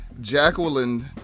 Jacqueline